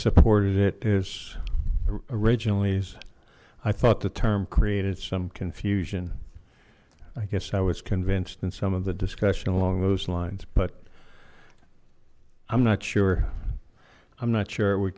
supported it is original ease i thought the term created some confusion i guess i was convinced in some of the discussion along those lines but i'm not sure i'm not sure we